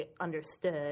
understood